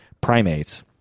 primates